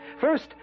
First